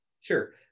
Sure